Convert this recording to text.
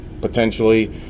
potentially